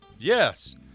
Yes